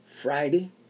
Friday